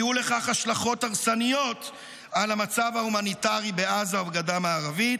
יהיו לכך השלכות הרסניות על המצב ההומניטרי בעזה ובגדה המערבית,